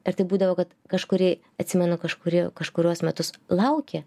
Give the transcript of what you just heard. ir taip būdavo kad kažkuri atsimenu kažkuri kažkuriuos metus lauki